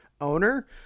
owner